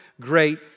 great